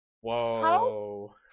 Whoa